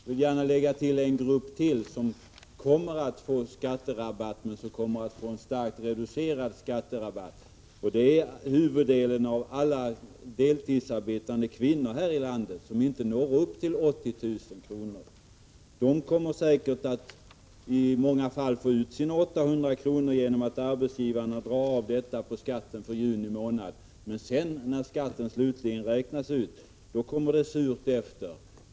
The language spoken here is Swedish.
Jag kan lägga till ytterligare en grupp som kommer att få en skatterabatt men en starkt reducerad sådan, nämligen huvuddelen av alla deltidsarbetande kvinnor, som inte når upp till en årsinkomst på 80 000 kr. I många fall kommer de säkert att få ut sina 600 kr. i skatterabatt genom att arbetsgivarna drar av detta belopp på skatten för juni månad, men när den slutliga skatten räknas ut kommer det surt efter.